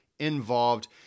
involved